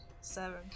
Seven